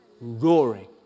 roaring